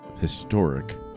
historic